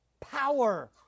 power